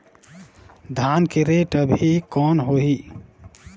धान के रेट अभी कौन होही?